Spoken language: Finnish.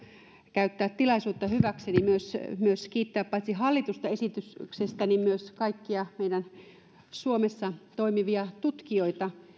käyttää tilaisuutta hyväkseni ja kiittää paitsi hallitusta esityksestä myös kaikkia meillä suomessa toimivia tutkijoita